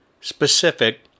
specific